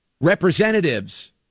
representatives